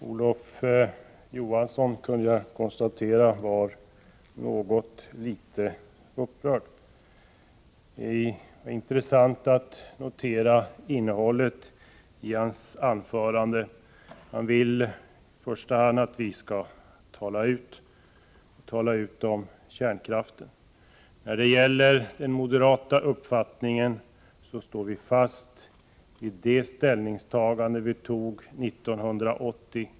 Herr talman! Jag kunde konstatera att Olof Johansson var något upprörd. Det var intressant att notera innehållet i hans anförande. Han vill i första hand att vi skall tala ut om kärnkraften. När det gäller den moderata uppfattningen står vi fast vid det ställningstagande som vi gjorde 1980.